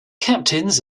captains